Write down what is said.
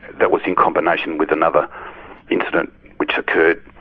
that was in combination with another incident which occurred,